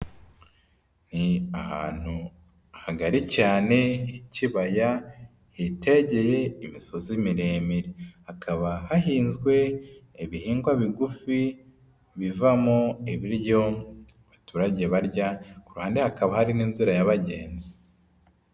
Ni ahantu hagari cyane hikibaya, hitegeye imisozi miremire. Hakaba hahinzwe ibihingwa bigufi bivamo ibiryo abaturage barya, ku ruhande hakaba hari n'inzira y'abagenzi.